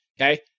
Okay